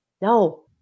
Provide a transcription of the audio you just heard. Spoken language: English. no